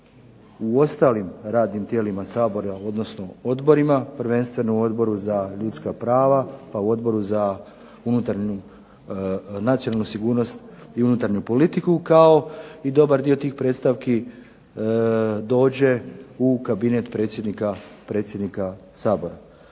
u ostalim radnim tijelima Sabora, odnosno odborima. Prvenstveno u Odboru za ljudska prava pa u Odboru za nacionalnu sigurnost i unutarnju politiku kao i dobar dio tih predstavki dođe u kabinet predsjednika Sabora.